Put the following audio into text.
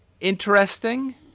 interesting